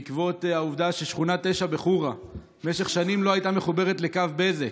בעקבות העובדה ששכונה 9 בחורה במשך שנים לא הייתה מחוברת לקו בזק,